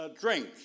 drink